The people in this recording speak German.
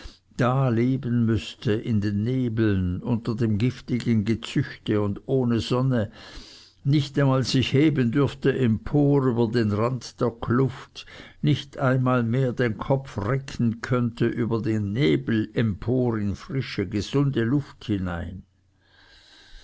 da leben müßte in den nebeln unter dem giftigen gezüchte und ohne sonne nicht einmal sich heben dürfte empor über den rand der kluft nicht einmal mehr den kopf recken könnte über die nebel empor in frische gesunde luft hinein